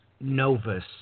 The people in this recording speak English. Novus